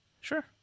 sure